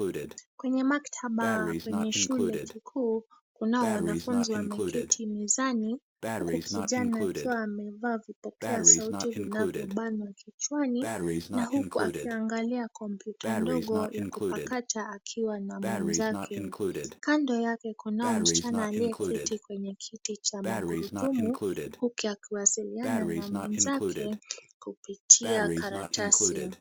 Kwenye maktaba kwenye shule kikuu kunao wanafunzi wameketi mezani huku kijana akiwa amevaa vipokeasauti vinavyobana kichwani, na huku akiangalia kompyuta ndogo ya kupakata akiwa na mwenzake. Kando yake kunao msichana aliyeketi kwenye kiti cha magurudumu huku akiwasiliana na mwenzake kupitia karatasi.